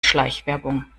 schleichwerbung